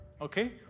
Okay